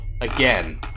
again